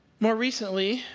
more recently,